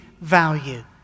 value